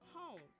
home